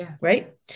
Right